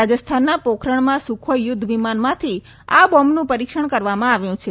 રાજસ્થાનના પોખરણમાં સુખોઈ યુદ્ધ વિમાનમાંથી આ બોમ્બનું પરિક્ષણ કરવામાં આવ્યું છે